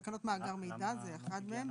תקנות מאגר מידע זה אחד מהם.